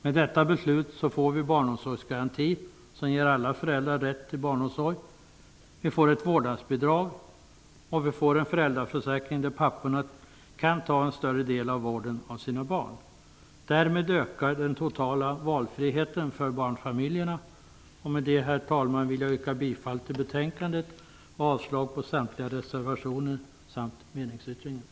Med detta beslut får vi barnomsorgsgaranti, som ger alla föräldrar rätt till barnomsorg, ett vårdnadsbidrag och en föräldraförsäkring där papporna kan ta en större del i vården av sina barn. Därmed ökar den totala valfriheten för barnfamiljerna. Herr talman! Därmed vill jag yrka bifall till utskottets hemställan och avslag på samtliga reservationer samt meningsyttringen.